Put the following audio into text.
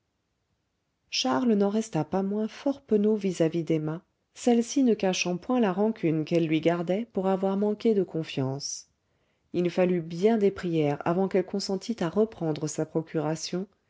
charles n'en resta pas moins fort penaud vis-à-vis d'emma celleci ne cachant point la rancune qu'elle lui gardait pour avoir manqué de confiance il fallut bien des prières avant qu'elle consentît à reprendre sa procuration